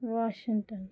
Washington